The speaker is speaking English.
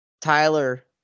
Tyler